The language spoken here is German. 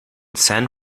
san